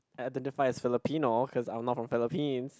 I~ identified as Philipino cause I'm not from Philipines